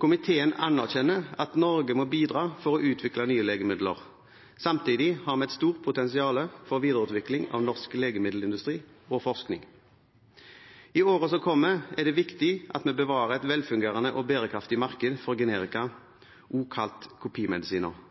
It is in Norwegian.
Komiteen anerkjenner at Norge må bidra for å utvikle nye legemidler. Samtidig har vi et stort potensial for videreutvikling av norsk legemiddelindustri og forskning. I årene som kommer er det viktig at vi bevarer et velfungerende og bærekraftig marked for generika, også kalt kopimedisiner.